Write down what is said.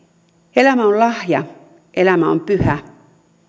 elämä on lahja elämä on pyhä